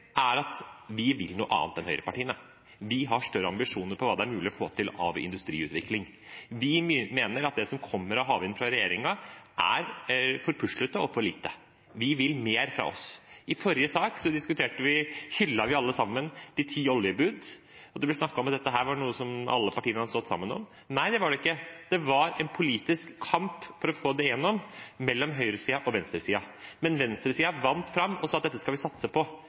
er at vi vil noe annet enn høyrepartiene. Vi har større ambisjoner for hva det er mulig å få til av industriutvikling. Vi mener at det som kommer av havvind fra regjeringen, er for puslete og for lite. Vi vil mer. I forrige sak hyllet vi alle sammen de ti oljebud, og det ble snakket som om dette var noe alle partier har stått sammen om. Nei, det var det ikke. Det var en politisk kamp for å få det gjennom, mellom høyresiden og venstresiden, men venstresiden vant fram og sa at dette skal vi satse på,